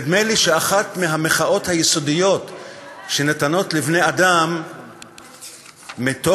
נדמה לי שאחת מהמחאות היסודיות שניתנות לבני-אדם מתוקף,